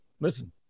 listen